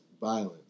violence